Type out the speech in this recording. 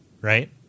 right